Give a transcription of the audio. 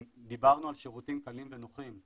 דיברנו על שירותים קלים ונוחים.